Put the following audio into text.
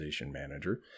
Manager